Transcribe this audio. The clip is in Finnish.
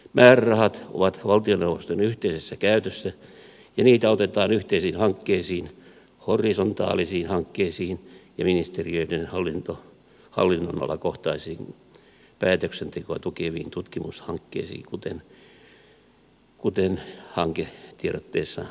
määrärahat ovat valtioneuvoston yhteisessä käytössä ja niitä otetaan yhteisiin hankkeisiin horisontaalisiin hankkeisiin ja ministeriöiden hallinnonalakohtaisiin päätöksentekoa tukeviin tutkimushankkeisiin kuten hanketiedotteessa todetaan